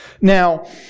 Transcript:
Now